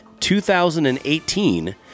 2018